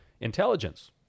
intelligence